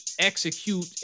execute